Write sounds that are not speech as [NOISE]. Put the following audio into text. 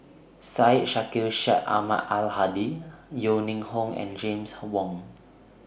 Syed Sheikh Syed Ahmad Al Hadi Yeo Ning Hong and James [NOISE] Wong